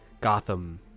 Gotham